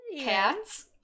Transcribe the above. cats